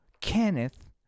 Kenneth